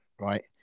Right